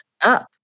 up